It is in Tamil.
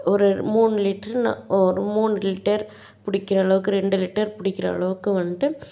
ஒரு மூணு லிட்ருன்னால் ஒரு மூணு லிட்டர் பிடிக்கிறளவுக்கு ரெண்டு லிட்டர் பிடிக்கிறளவுக்கு வந்துட்டு